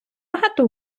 багато